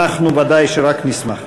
אנחנו ודאי שרק נשמח.